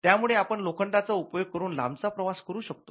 त्यामुळे आपण लोखंडाचा उपयोग करून लांबचा प्रवास करू शकलो